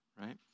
Right